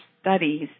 studies